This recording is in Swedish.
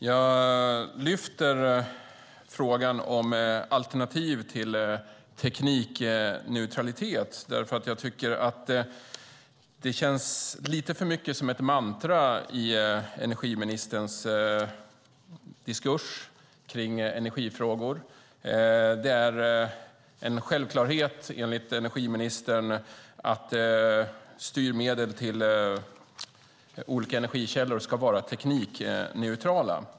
Jag lyfter upp frågan om alternativ till teknikneutralitet eftersom energiministerns diskurs om energifrågor lite för mycket känns som ett mantra. Det är enligt energiministern en självklarhet att styrmedel till olika energikällor ska vara teknikneutrala.